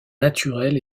naturel